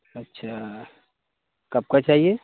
اچھا کب کا چاہیے